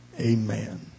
Amen